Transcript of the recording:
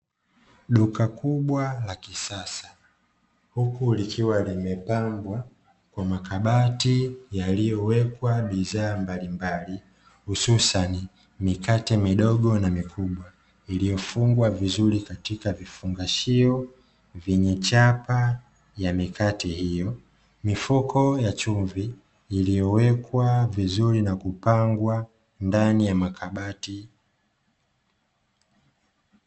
Duka kubwa la kisasa huku likiwa limepambwa kwa makabati yaliyowekwa bidhaa mbalimbali, hususani mikate midogo na mikubwa, iliyofungwa vizuri katika vifungashio vyenye chapa ya mikate hiyo. Mifuko ya chumvi iliyowekwa vizuri na kupangwa ndani ya makabati.